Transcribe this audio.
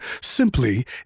Simply